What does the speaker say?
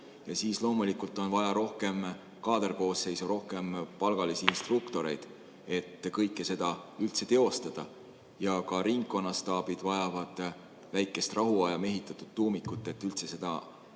Ja siis loomulikult on vaja rohkem kaaderkoosseisu, rohkem palgalisi instruktoreid, et kõike seda üldse teostada. Ka ringkonnastaabid vajavad väikest rahuaja mehitatud tuumikut, et üldse seda maakaitse